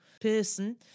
person